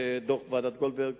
דוח-ועדת גולדברג